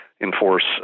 enforce